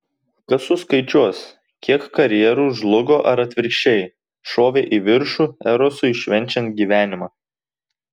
kas suskaičiuos kiek karjerų žlugo ar atvirkščiai šovė į viršų erosui švenčiant gyvenimą